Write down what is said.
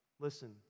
Listen